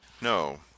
No